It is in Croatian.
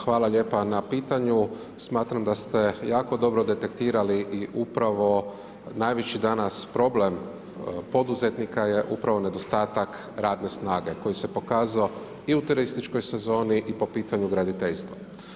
Hvala lijepa na pitanju, smatram da ste jako dobro detektirali i upravo najveći danas problem poduzetnika je upravo nedostatak radne snage koji se pokazao i u turističkoj sezoni i u po pitanju graditeljstva.